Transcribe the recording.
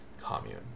commune